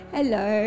Hello